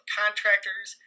contractors